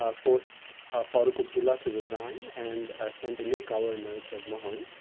ah forced farooq abdullah to resign, and sent a new governor, jagmohan,